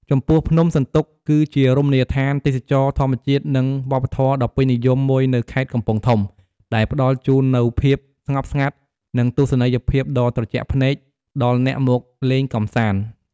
ចំពោះភ្នំសន្ទុក គឺជារមណីយដ្ឋានទេសចរណ៍ធម្មជាតិនិងវប្បធម៌ដ៏ពេញនិយមមួយនៅខេត្តកំពង់ធំ ដែលផ្តល់ជូននូវភាពស្ងប់ស្ងាត់និងទស្សនីយភាពដ៏ត្រជាក់ភ្នែកដល់អ្នកមកលេងកំសាន្ដ។